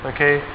Okay